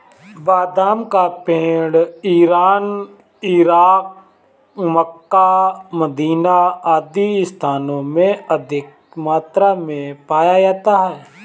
बादाम का पेड़ इरान, इराक, मक्का, मदीना आदि स्थानों में अधिक मात्रा में पाया जाता है